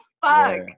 fuck